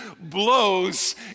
blows